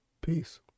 Peace